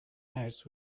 house